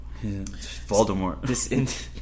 Voldemort